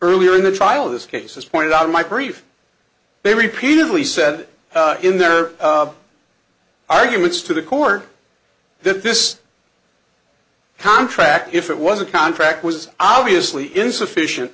earlier in the trial in this case as pointed out in my brief they repeatedly said in their arguments to the court that this contract if it was a contract was obviously insufficient